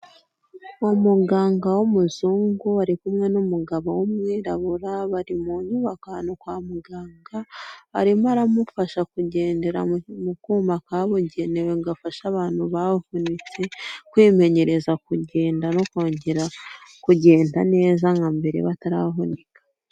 Muganga w'umuzungu bari kumwe n'umugabo w'umwirabura bari mu nyubako kwa muganga arimo aramufasha kugendera mu kuma kabugenewe ngo afashe abantu bavunitse kwimenyereza kugenda no kongera kugenda neza nka mbere bataravunika .